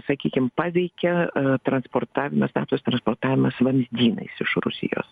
sakykim paveikia transportavimas naftos transportavimas vamzdynais iš rusijos